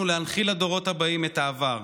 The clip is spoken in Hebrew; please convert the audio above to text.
הבאים את העבר,